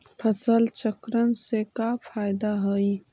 फसल चक्रण से का फ़ायदा हई?